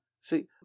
See